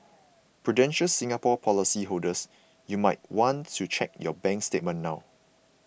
prudential Singapore policyholders you might want to check your bank statement now